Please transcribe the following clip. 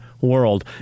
world